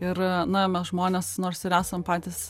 ir na mes žmonės nors ir esam patys